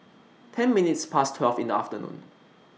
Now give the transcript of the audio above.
ten minutes Past twelve in The afternoon